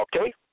Okay